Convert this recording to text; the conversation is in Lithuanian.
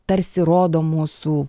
tarsi rodo mūsų